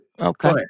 Okay